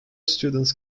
students